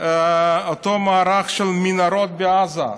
של מנהרות בעזה,